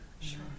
Sure